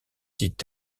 dit